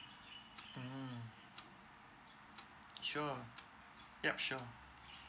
mm sure yup sure